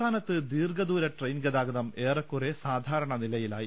സംസ്ഥാനത്ത് ദീർഘദൂര ട്രെയിൻ ഗതാഗതം ഏറെക്കുറെ സാധാരണ നിലയിലായി